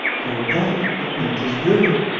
you're right. it meant his ruin.